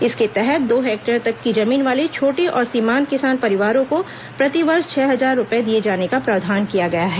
इसके तहत दो हेक्टेयर तक की जमीन वाले छोटे और सीमांत किसान परिवारों को प्रतिवर्ष छह हजार रुपये दिए जाने का प्रावधान किया गया है